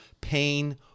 pain